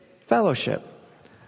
fellowship